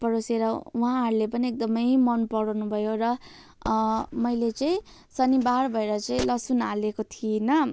परोसेर उहाँहरूले पनि एकदमै मनपराउनु भयो र मैले चाहिँ शनिबार भएर चाहिँ लसुन हालेको थिइनँ